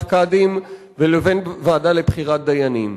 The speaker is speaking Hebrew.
שופטים לבין ועדה לבחירת קאדים לבין ועדה לבחירת דיינים,